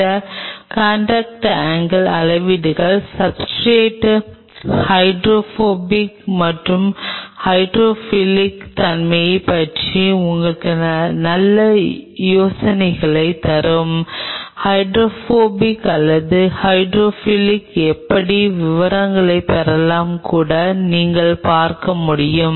இந்த contact angle அளவீடுகள் substrate hydrophobic மற்றும் ஹைட்ரோஃபிலிக் தன்மையைப் பற்றி உங்களுக்கு நல்ல யோசனையைத் தரும் ஹைட்ரோபோபிக் அல்லது ஹைட்ரோஃபிலிக் எப்படி விவரங்களை பெறாமல் கூட நீங்கள் பார்க்க முடியும்